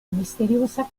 misteriosa